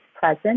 present